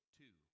two